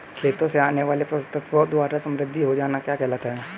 खेतों से आने वाले पोषक तत्वों द्वारा समृद्धि हो जाना क्या कहलाता है?